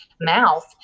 mouth